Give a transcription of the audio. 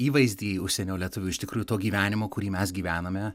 įvaizdį užsienio lietuvių iš tikrųjų to gyvenimo kurį mes gyvename